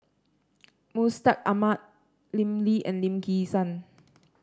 Mustaq Ahmad Lim Lee and Lim Kim San